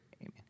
Amen